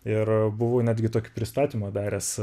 ir buvau netgi tokį pristatymą daręs